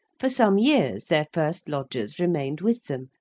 for some years their first lodgers remained with them,